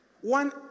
One